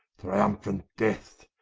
triumphant death,